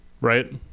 right